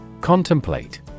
Contemplate